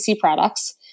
products